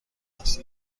است